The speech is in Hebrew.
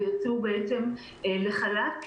שהוצאו לחל"ת.